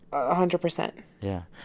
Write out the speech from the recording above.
ah hundred percent yeah.